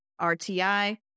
RTI